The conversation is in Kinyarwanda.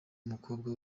umukobwa